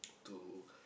to